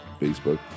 Facebook